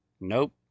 Nope